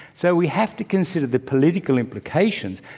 so, we have to consider the political implications.